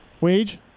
Wage